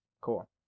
cool